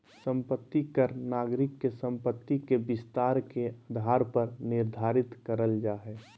संपत्ति कर नागरिक के संपत्ति के विस्तार के आधार पर निर्धारित करल जा हय